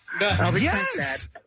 Yes